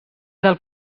del